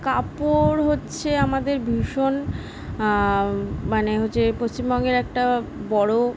কাপড় হচ্ছে আমাদের ভীষণ মানে হচ্ছে পশ্চিমবঙ্গের একটা বড়ো